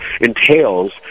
entails